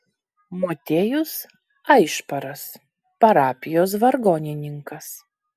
motiejus aišparas parapijos vargonininkas